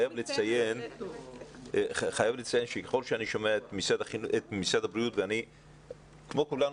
אני חייב לציין שככל שאני שומע את משרד הבריאות כמו כולנו,